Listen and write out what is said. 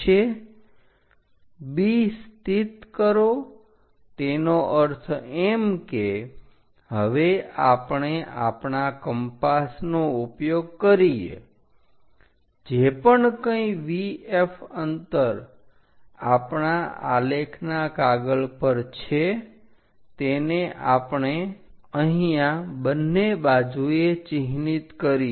B સ્થિત કરો તેનો અર્થ એમ કે હવે આપણે આપણા કંપાસ નો ઉપયોગ કરીએ જે પણ કંઇ VF અંતર આપણા આલેખના કાગળ પર છે તેને આપણે અહીંયા બંને બાજુએ ચિહ્નિત કરીએ